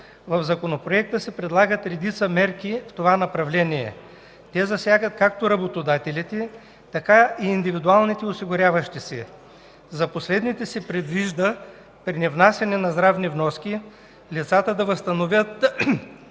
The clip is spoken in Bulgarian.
В Законопроекта се предлагат редица мерки в това направление. Те засягат както работодателите, така и индивидуално осигуряващите се. За последните се предвижда при невнасяне на здравни вноски лицата да възстановят